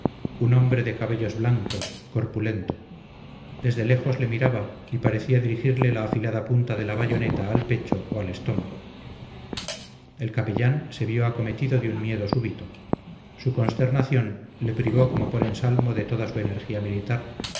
un hombre de cabellos blancos corpulento desde lejos le miraba y parecía dirigirle la afilada punta de la bayoneta al pecho o al estómago el capellán se vio acometido de un miedo súbito su consternación le privó como por ensalmo de toda su energía militar